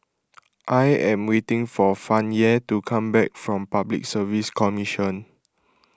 I am waiting for Fannye to come back from Public Service Commission